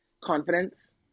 confidence